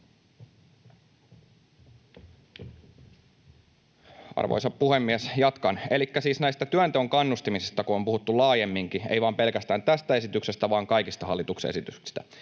siis näistä työnteon kannustimista kun on puhuttu laajemminkin — ei vain pelkästään tästä esityksestä vaan kaikista hallituksen esityksistä